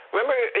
Remember